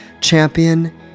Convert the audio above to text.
Champion